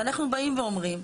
אנחנו באים ואומרים,